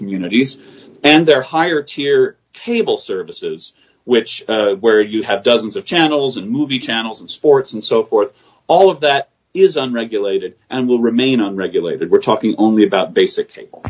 communities and their higher tier cable services which where you have dozens of channels and movie channels and sports and so forth all of that is unregulated and will remain unregulated we're talking only about basic cable